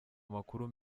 amakuru